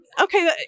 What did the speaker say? okay